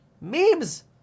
memes